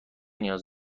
نیاز